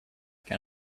can